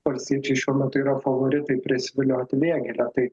valstiečiai šiuo metu yra favoritai prisivilioti vėgėlę tai